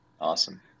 Awesome